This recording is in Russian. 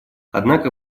однако